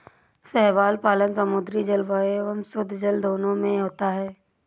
शैवाल पालन समुद्री जल एवं शुद्धजल दोनों में होता है